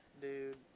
Dude